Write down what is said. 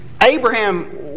Abraham